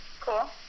Cool